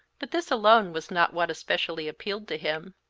but this alone was not what especially appealed to him.